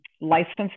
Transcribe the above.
licensed